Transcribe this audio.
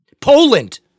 Poland